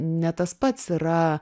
ne tas pats yra